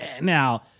Now